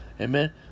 Amen